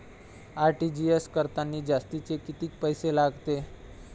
RTGS करतांनी जास्तचे कितीक पैसे लागते?